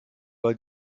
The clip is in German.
bei